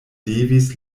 levis